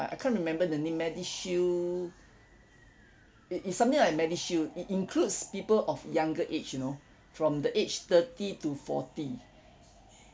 I can't remember the name MediShield it is something like MediShield it includes people of younger age you know from the age thirty to forty